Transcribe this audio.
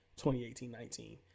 2018-19